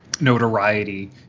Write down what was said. notoriety